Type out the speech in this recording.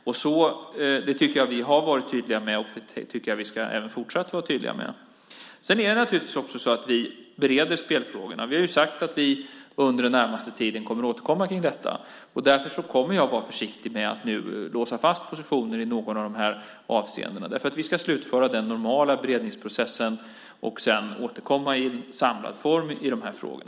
Det tycker jag att vi har varit tydliga med, och det tycker jag att vi även fortsatt ska vara tydliga med. Vi bereder spelfrågorna. Vi har sagt att vi under den närmaste tiden kommer att återkomma om detta. Därför kommer jag att vara försiktig med att nu låsa fast positioner i något av dessa avseenden. Vi ska slutföra den normala beredningsprocessen och sedan återkomma i samlad form i dessa frågor.